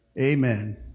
Amen